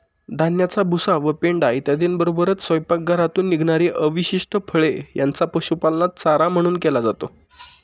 धान्याचा भुसा व पेंढा इत्यादींबरोबरच स्वयंपाकघरातून निघणारी अवशिष्ट फळे यांचा पशुपालनात चारा म्हणून केला जातो